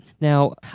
now